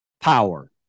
power